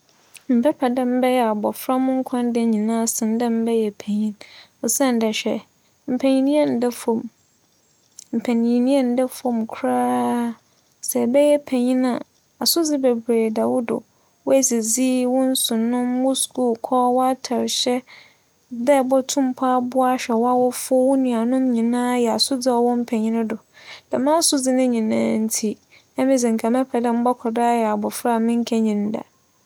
Mebɛpɛ dɛ mebɛyɛ abofra mo nkwa nda nyinara sen dɛ mebɛyɛ panyin osiandɛ hwɛ, mpanyinyɛ nnda famu. Mpanyinyɛ nnda famu koraa. Sɛ ebɛyɛ panyin a, asodzi beberee da wo do, woedzidzi, wo nsu no, wo skuulkͻ, w'atar hyɛ, dɛ ibotum aboa ahwɛ w'awofo, wo nuanom nyinara yɛ asodzi a ͻwͻ mpanyin do. Dɛ asodzi no nyinara ntsi, emi dze nka mbɛpɛ dɛ mobͻkͻ do ayɛ abofra a minnyin da.